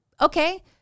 Okay